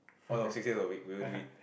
oh no six days a week will you do it